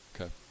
Okay